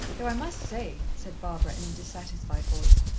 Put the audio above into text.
though i must say, said barbara, in a dissatisfied voice,